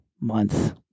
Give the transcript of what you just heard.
month